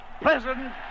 president